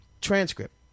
transcript